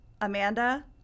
Amanda